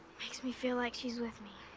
makes me feel like she's with me.